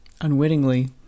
unwittingly